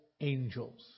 angels